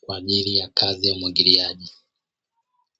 kwa ajili ya kazi ya umwagiliaji.